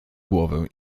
głowę